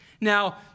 Now